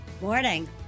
Morning